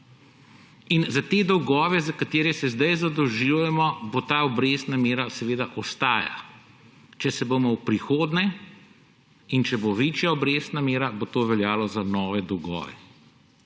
Za te dolgove, za katere se zdaj zadolžujemo, bo ta obrestna mera seveda ostala. Če se bomo v prihodnje in če bo večja obrestna mera, bo to veljalo za nove dolgove.